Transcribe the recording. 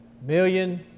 million